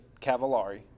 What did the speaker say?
cavallari